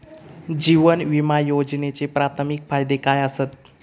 जीवन विमा योजनेचे प्राथमिक फायदे काय आसत?